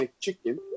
chicken